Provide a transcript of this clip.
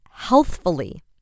healthfully